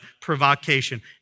provocation